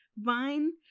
vine